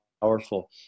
powerful